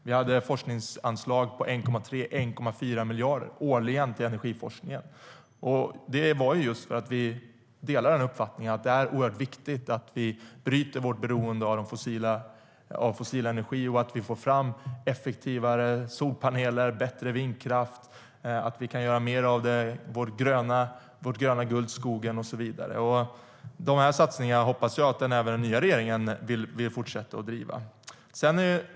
Vi hade forskningsanslag på 1,3 till 1,4 miljarder årligen till energiforskningen, och det var just därför att vi delar uppfattningen att det är oerhört viktigt att vi bryter vårt beroende av fossil energi och att vi får fram effektivare solpaneler, bättre vindkraft, att vi kan göra mer av vårt gröna guld skogen och så vidare. Dessa satsningar hoppas jag att även den nya regeringen vill fortsätta att driva.